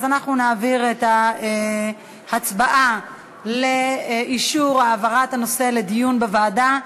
אנחנו נעביר את ההצבעה לאישור העברת הנושא לדיון בוועדה,